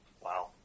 Wow